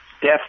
Death